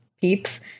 peeps